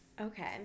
Okay